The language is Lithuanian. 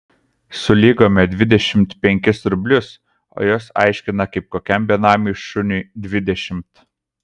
sulygome dvidešimt penkis rublius o jos aiškina kaip kokiam benamiui šuniui dvidešimt